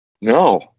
No